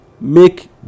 make